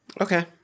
Okay